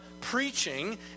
preaching